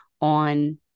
on